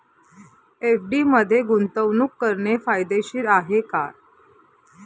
FD मध्ये गुंतवणूक करणे फायदेशीर आहे का?